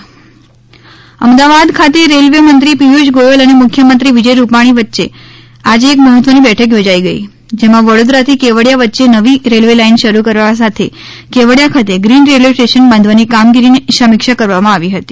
મુખ્યમંત્રી અને રેલ્વે મંત્રી વચે બેઠક અમદાવાદ ખાતે રેલ્વે મંત્રી પિયુષ ગોયલ અને મુખ્યમંત્રી વિજય રૂપાણી વચ્ચે આજે એક મહત્વની બેઠક યોજાઇ ગઈ જેમાં વડોદરાથી કેવડીયા વચે નવી રેલ્વે લાઈન શરૂ કરવા સાથે કેવડીયા ખાતે ગ્રીન રેલ્વે સ્ટેશન બાંધવાની કામગીરીની સમિક્ષા કરવામાં આવી હતી